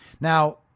Now